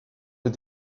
des